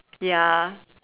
ya